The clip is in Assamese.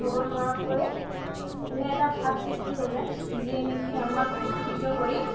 ক'ব নোৱাৰাকৈ এনে এটা ভাৱ সৃষ্টি হৈ যায়